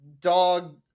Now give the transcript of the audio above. dog